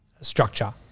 structure